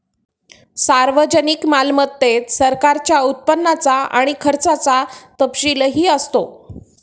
सार्वजनिक मालमत्तेत सरकारच्या उत्पन्नाचा आणि खर्चाचा तपशीलही असतो